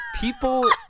people